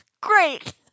great